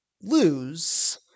lose